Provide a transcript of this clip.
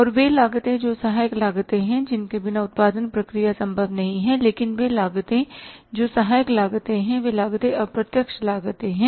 और वे लागतें जो सहायक लागतें हैं जिनके बिना उत्पादन प्रक्रिया संभव नहीं है लेकिन वे लागतें जो सहायक लागतें हैं वे लागतें अप्रत्यक्ष लागतें हैं